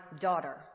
daughter